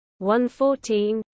1-14